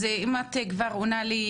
אז אם את כבר עונה לי,